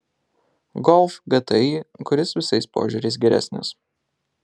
golf gti kuris visais požiūriais geresnis